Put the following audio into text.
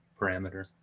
parameter